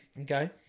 Okay